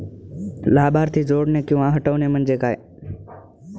लाभार्थी जोडणे किंवा हटवणे, म्हणजे काय?